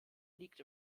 liegt